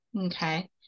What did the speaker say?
Okay